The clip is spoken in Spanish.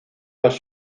los